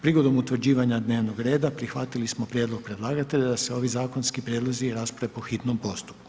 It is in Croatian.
Prigodom utvrđivanja dnevnog reda, prihvatili smo prijedlog predlagatelja da se ovi zakonski prijedlozi rasprave po hitnom postupku.